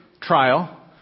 trial